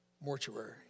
Mortuary